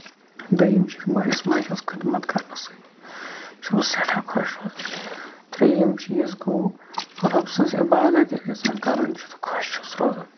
دوٚیِم چیٖز چھُ مٲلِس ماجہِ ہٕنٛز خدمَتھ کرنہٕ سۭتۍ چھُس بہٕ سٮ۪ٹھاہ خۄش روزان تریٚیُم چیٖز گوٚو رۄبہٕ سٕنٛز عبادت ییٚلہِ اِنسان کران چھُ خۄش چھُس روزان